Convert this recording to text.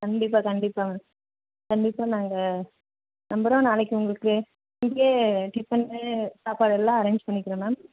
கண்டிப்பாக கண்டிப்பாக மேம் கண்டிப்பாக நாங்கள் நம்புகிறோம் நாளைக்கு உங்களுக்கு இங்கேயே டிஃபனு சாப்பாடு எல்லாம் அரேஞ்ச் பண்ணிக்கிறோம் மேம்